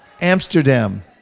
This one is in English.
Amsterdam